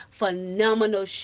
phenomenal